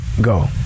go